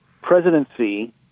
presidency